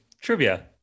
trivia